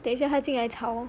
等一下还进来吵